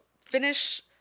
finish